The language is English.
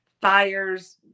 fires